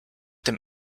dem